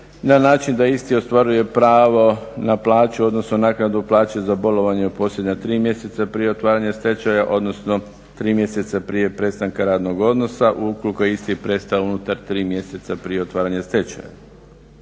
na način da isti ostvaruje pravo na plaću, odnosno naknadu plaće za bolovanje u posljednja 3 mjeseca prije otvaranja stečaja, odnosno 3 mjeseca prije prestanka radnog odnosa ukoliko je isti prestao unutar 3 mjeseca prije otvaranja stečaja.